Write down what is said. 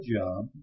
job